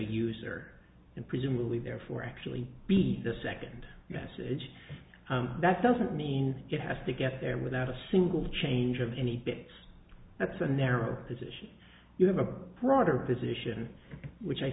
user and presumably therefore actually be the second message that doesn't mean it has to get there without a single change of any bits that's a narrower position you have a broader position which i